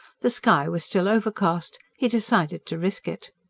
the sky was still overcast he decided to risk it.